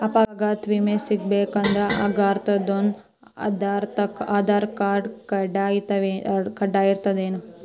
ಅಪಘಾತ್ ವಿಮೆ ಸಿಗ್ಬೇಕಂದ್ರ ಅಪ್ಘಾತಾದೊನ್ ಆಧಾರ್ರ್ಕಾರ್ಡ್ ಕಡ್ಡಾಯಿರ್ತದೇನ್?